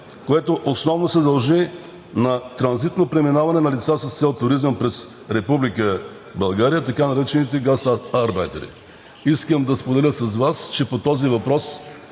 което основно се дължи на транзитно преминаване на лица с цел туризъм през Република България, така наречените гастарбайтери. Искам да споделя, че по този въпрос